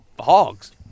hogs